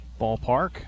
ballpark